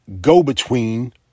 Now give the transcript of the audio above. go-between